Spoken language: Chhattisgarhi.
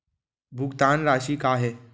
भुगतान राशि का हे?